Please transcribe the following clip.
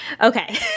Okay